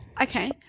Okay